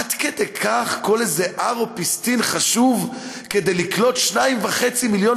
עד כדי כך כל איזה הר או פיסטין חשוב כדי לקלוט 2.5 מיליון